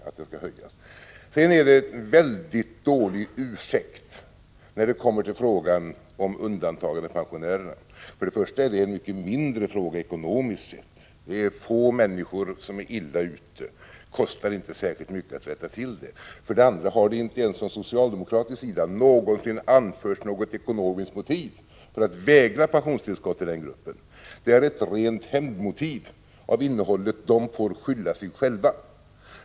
Gertrud Sigurdsen har en mycket dålig ursäkt när det kommer till frågan om undantagandepensionärerna. För det första är det en mycket mindre fråga ekonomiskt sett. Det är få människor som är illa ute, och det kostar inte särskilt mycket att rätta till det. För det andra har det inte ens från socialdemokratisk sida någonsin anförts något ekonomiskt motiv för att vägra pensionstillskott till den gruppen. Det är ett rent hämndmotiv — med innehållet att ”de får skylla sig själva”.